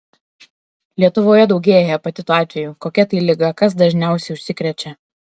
lietuvoje daugėja hepatito atvejų kokia tai liga kas dažniausiai užsikrečia